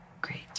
Great